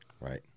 Right